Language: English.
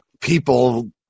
People